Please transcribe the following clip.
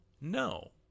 No